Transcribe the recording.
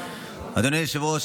אדוני היושב-ראש,